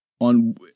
on